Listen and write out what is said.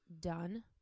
done